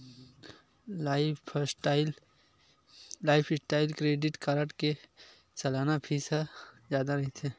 lifestyle credit card के सलाना fees ह जादा रहिथे